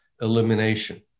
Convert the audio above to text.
elimination